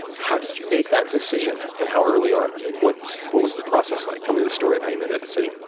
how did you make that decision, and how early on? what what was the process like? tell me the story of how you made that decision.